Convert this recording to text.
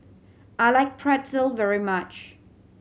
I like Pretzel very much